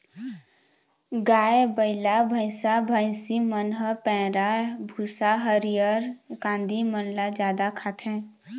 गाय, बइला, भइसा, भइसी मन ह पैरा, भूसा, हरियर कांदी मन ल जादा खाथे